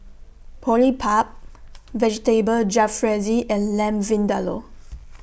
Boribap Vegetable Jalfrezi and Lamb Vindaloo